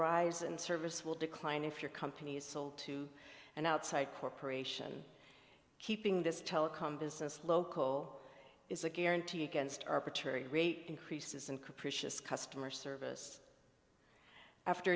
rise and service will decline if your company is sold to an outside corporation keeping this telecom business local is a guarantee against arbitrary rate increases and capricious customer service after